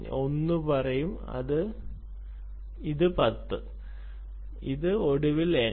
ഇത് 1 പറയും ഇത് 10 ഇത് ഒടുവിൽ n